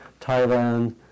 Thailand